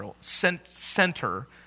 center